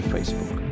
Facebook